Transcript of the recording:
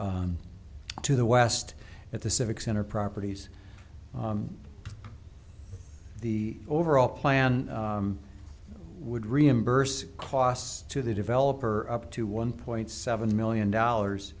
to the west at the civic center properties the overall plan would reimburse costs to the developer up to one point seven million dollars